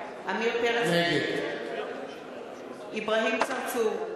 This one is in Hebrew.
נגד אברהים צרצור,